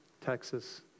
Texas